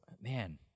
man